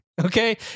okay